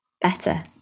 better